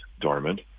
dormant